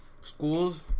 Schools